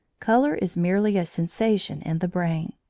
colour is merely a sensation in the brain.